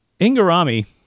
Ingarami